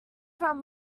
from